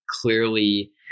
clearly